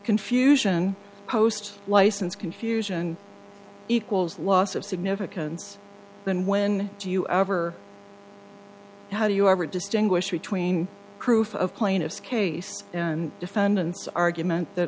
confusion post license confusion equals loss of significance then when do you ever how do you ever distinguish between proof of plaintiff's case and defendant's argument that